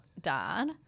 dad